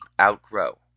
outgrow